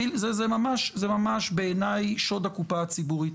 זה ממש בעיניי שוד הקופה הציבורית,